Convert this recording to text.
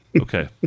Okay